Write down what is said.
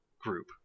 group